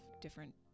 different